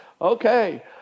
Okay